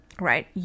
right